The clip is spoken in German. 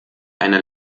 eine